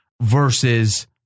versus